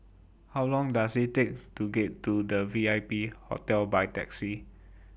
How Long Does IT Take to get to The V I P Hotel By Taxi